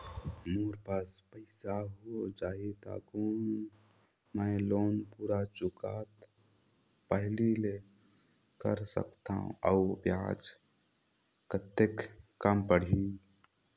मोर पास पईसा हो जाही त कौन मैं लोन पूरा चुकता पहली ले कर सकथव अउ ब्याज कतेक कम पड़ही?